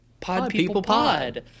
podpeoplepod